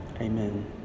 Amen